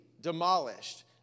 demolished